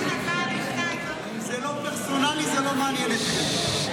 אם זה לא פרסונלי, זה לא מעניין אתכם.